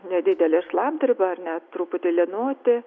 nedidelė šlapdriba ar net truputį lynoti